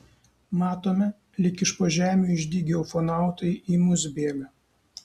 matome lyg iš po žemių išdygę ufonautai į mus bėga